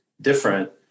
different